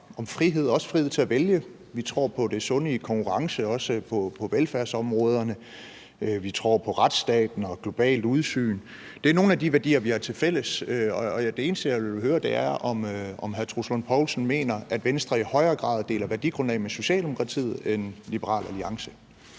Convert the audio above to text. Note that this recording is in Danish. og frihed, også frihed til at vælge; vi tror på det sunde i konkurrence, også på velfærdsområderne; vi tror på retsstaten og et globalt udsyn. Det er nogle af de værdier, vi har tilfælles. Og det eneste, jeg vil høre, er, om hr. Troels Lund Poulsen mener, at Venstre i højere grad deler værdigrundlag med Socialdemokratiet end med Liberal Alliance